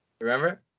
Remember